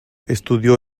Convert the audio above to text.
estudió